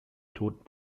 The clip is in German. toten